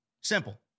Simple